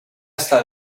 está